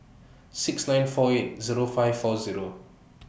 six nine four eight Zero five four Zero